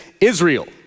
Israel